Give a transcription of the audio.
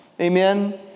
Amen